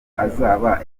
azaba